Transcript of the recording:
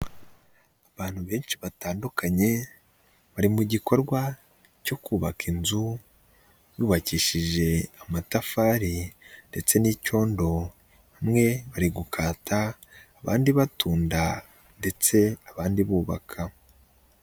Abantu benshi batandukanye bari mu gikorwa cyo kubaka inzu bubakishije amatafari ndetse n'icyondo, bamwe bari gukata, abandi batunda ndetse abandi bubaka.